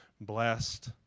blessed